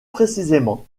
précisément